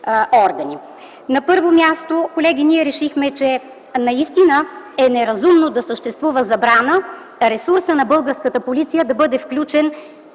На първо място, колеги, ние решихме, че наистина е неразумно да съществува забрана ресурсът на българската полиция да бъде включен